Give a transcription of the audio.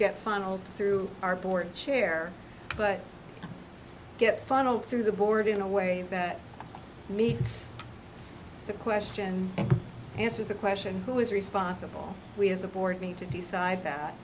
get funneled through our board chair but get funneled through the board in a way that meets the question and answer the question who is responsible we as a board need to decide that